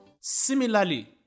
Similarly